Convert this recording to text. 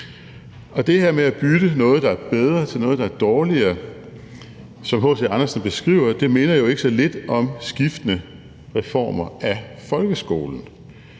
Det her med at bytte noget, der er godt, til noget, der er dårligere, som H.C. Andersen beskriver det, minder jo ikke så lidt om skiftende reformer af folkeskolen.